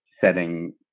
setting